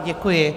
Děkuji.